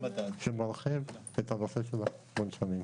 שמרחיב את הנושא של המונשמים.